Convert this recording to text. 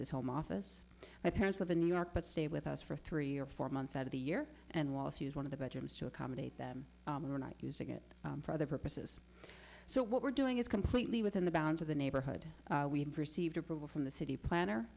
his home office my parents live in new york but stay with us for three or four months out of the year and wallace use one of the bedrooms to accommodate them and we're not using it for other purposes so what we're doing is completely within the bounds of the neighborhood we have received approval from the city planner